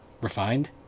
refined